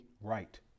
right